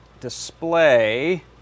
display